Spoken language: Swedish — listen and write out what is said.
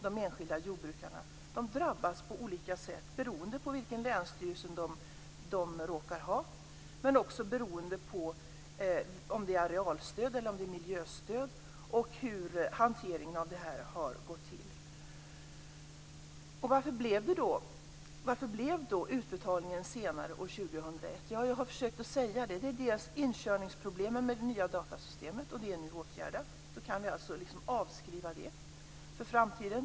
De enskilda jordbrukarna upplever att de "drabbas" på olika sätt beroende på vilken länsstyrelse de råkar höra till, men också beroende på om det är fråga om arealstöd eller miljöstöd och hur hanteringen av detta har gått till. Varför blev utbetalningen senare år 2001? Jag har försökt att säga att det bl.a. är inkörningsproblemen med det nya datasystemet, och det är åtgärdat. Då kan vi avskriva det för framtiden.